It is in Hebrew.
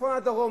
מצפון עד דרום,